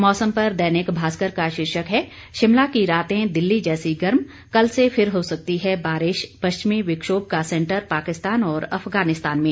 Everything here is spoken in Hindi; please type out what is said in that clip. मौसम पर दैनिक भास्कर का शीर्षक है शिमला की रातें दिल्ली जैसी गर्म कल से फिर हो सकती है बारिश पश्चिमी विक्षोभ का सेंटर पाकिस्तान और अफगानिस्तान में